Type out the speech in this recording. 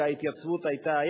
וההתייצבות היתה,